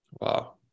Wow